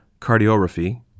cardiography